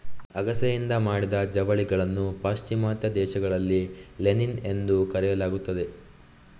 ಅಗಸೆಯಿಂದ ಮಾಡಿದ ಜವಳಿಗಳನ್ನು ಪಾಶ್ಚಿಮಾತ್ಯ ದೇಶಗಳಲ್ಲಿ ಲಿನಿನ್ ಎಂದು ಕರೆಯಲಾಗುತ್ತದೆ